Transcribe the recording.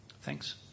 Thanks